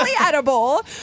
edible